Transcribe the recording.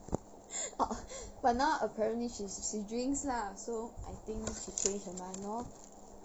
orh but now apparently she's she drinks lah so I think she change her mind lor